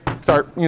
start